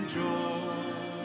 joy